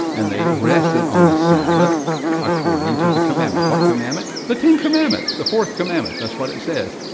and they rested on the sabbath according to the commandment. what commandment? the ten commandments, the fourth commandment, that's what it says.